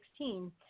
2016